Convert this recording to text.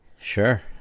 Sure